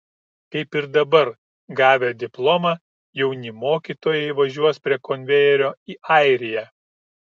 kaip ir dabar gavę diplomą jauni mokytojai važiuos prie konvejerio į airiją